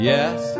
Yes